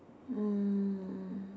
um